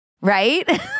right